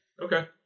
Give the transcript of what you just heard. okay